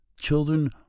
children